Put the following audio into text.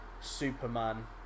Superman